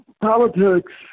politics